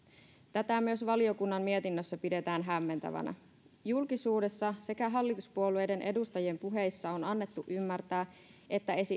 tätä myös valiokunnan mietinnössä pidetään hämmentävänä julkisuudessa sekä hallituspuolueiden edustajien puheissa on annettu ymmärtää että